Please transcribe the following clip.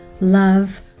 love